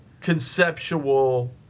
conceptual